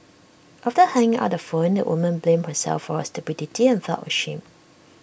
after hanging up the phone the woman blamed herself for her stupidity and felt ashamed